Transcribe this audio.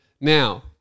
Now